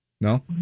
No